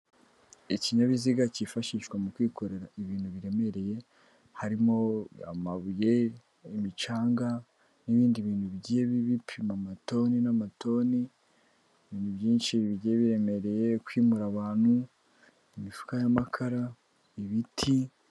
Ikinyabiziga cyifashishwa mu kwikorera ibintu biremereye, harimo amabuye, imicanga n'ibindi bintu bigiye bipima amatoni n'amatoni, ibintu byinshi bigiye biremereye, kwimura abant, imifuka y'amakara, ibiti.